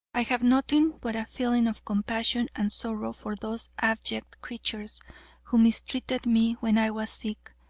i have nothing but a feeling of compassion and sorrow for those abject creatures who mistreated me when i was sick,